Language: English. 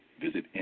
visit